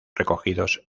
recogidos